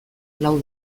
lau